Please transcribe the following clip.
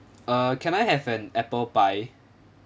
uh can I have an apple pie